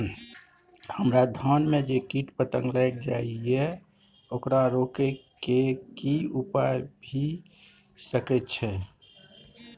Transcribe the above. हमरा धान में जे कीट पतंग लैग जाय ये ओकरा रोके के कि उपाय भी सके छै?